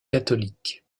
catholique